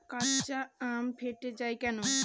কাঁচা আম ফেটে য়ায় কেন?